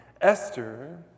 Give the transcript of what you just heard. Esther